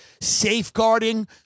safeguarding